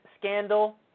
scandal